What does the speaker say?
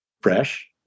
fresh